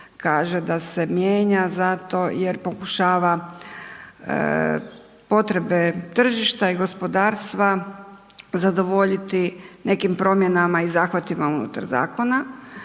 kaže da se mijenja, zato jer pokušava potrebe tržišta i gospodarstva zadovoljiti nekim promjenama i zahvatima unutar zakona,